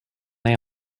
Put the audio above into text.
they